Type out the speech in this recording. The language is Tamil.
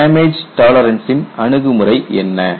கேள்வி டேமேஜ் டாலரன்ஸ்சின் அணுகுமுறை என்ன